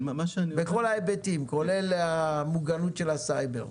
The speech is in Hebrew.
בכל ההיבטים כולל המוגנות של הסייבר.